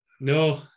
No